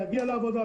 להגיע לעבודה,